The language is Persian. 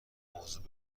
موضوع